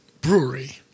Brewery